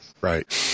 Right